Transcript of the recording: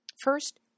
First